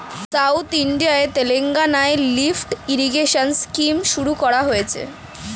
south ইন্ডিয়ার তেলেঙ্গানায় lift irrigation scheme শুরু করা হয়েছে